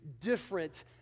different